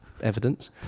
evidence